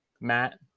Matt